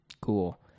Cool